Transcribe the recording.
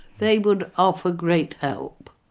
they would offer great help,